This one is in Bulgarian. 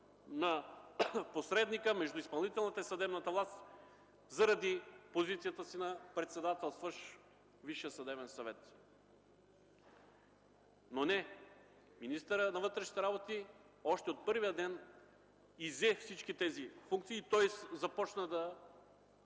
на посредника между изпълнителната и съдебната власт заради позицията си на председателстващ във Висшия съдебен съвет. Но, не! Министърът на вътрешните работи още от първия ден иззе всички тези функции и започна да